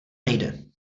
nejde